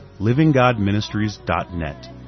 livinggodministries.net